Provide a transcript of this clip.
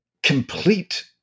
complete